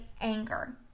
anger